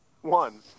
one